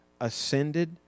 ascended